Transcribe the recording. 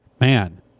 Man